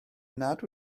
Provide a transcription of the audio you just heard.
nad